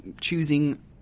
choosing